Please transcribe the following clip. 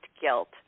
guilt